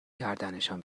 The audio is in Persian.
کردنشان